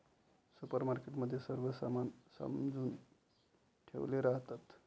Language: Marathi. सुपरमार्केट मध्ये सर्व सामान सजवुन ठेवले राहतात